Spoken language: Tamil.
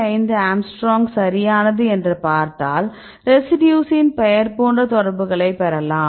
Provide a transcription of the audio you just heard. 5 ஆங்ஸ்ட்ரோம் சரியானது என்று பார்த்தால் ரெசிடியூசின் பெயர் போன்ற தொடர்புகளைப் பெறலாம்